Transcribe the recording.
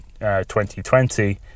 2020